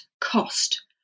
cost